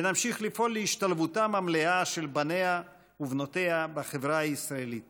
ונמשיך לפעול להשתלבותם המלאה של בניה ובנותיה בחברה הישראלית